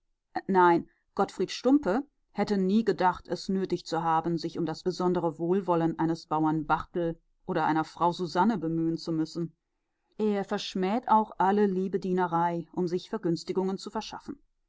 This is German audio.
nein gottfried stumpe hätte nie gedacht es nötig zu haben sich um das besondere wohlwollen eines bauern barthel oder einer frau susanne bemühen zu müssen er verschmäht auch alle liebedienerei um sich vergünstigungen zu verschaffen